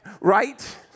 Right